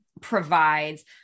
provides